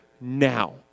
now